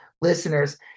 listeners